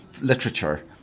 literature